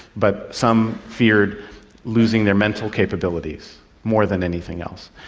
but some feared losing their mental capabilities more than anything else.